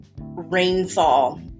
rainfall